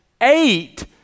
eight